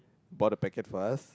bought a packet for us